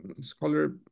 scholar